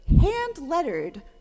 hand-lettered